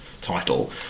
title